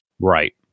Right